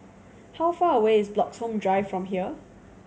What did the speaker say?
how far away is Bloxhome Drive from here